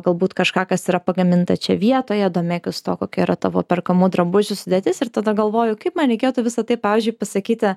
galbūt kažką kas yra pagaminta čia vietoje domėkis tuo kokia yra tavo perkamų drabužių sudėtis ir tada galvoju kaip man reikėtų visa tai pavyzdžiui pasakyti